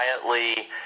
quietly